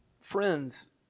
friends